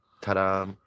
ta-da